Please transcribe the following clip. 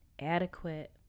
adequate